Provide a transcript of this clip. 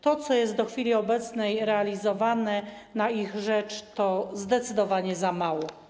To, co jest do chwili obecnej realizowane na ich rzecz, to zdecydowanie za mało.